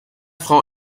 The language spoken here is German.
frau